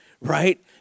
right